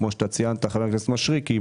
כפי שציינת חבר הכנסת משריקי,